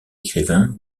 écrivain